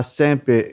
sempre